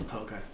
Okay